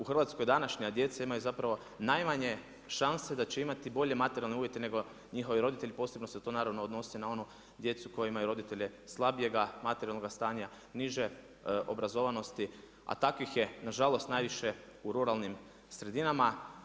U Hrvatskoj današnja djeca imaju zapravo najmanje šanse da će imati bolje materijalne uvjete nego njihovi roditelji, posebno se to naravno odnosi na onu djecu koja imaju roditelje slabijega materijalnoga stanja, niže obrazovanosti a takvih je nažalost najviše u ruralnim sredinama.